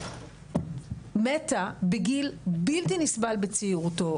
מתה בגיל בלתי נסבל בצעירותה,